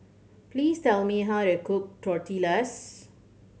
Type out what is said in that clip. please tell me how to cook Tortillas